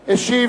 אגבאריה,